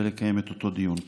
ולקיים את אותו דיון כאן.